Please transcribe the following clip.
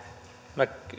minä